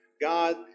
God